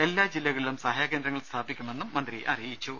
എല്ലാ ജില്ലകളിലും സഹായ കേന്ദ്രങ്ങൾ സ്ഥാപിക്കുമെന്നും മന്ത്രി പറഞ്ഞു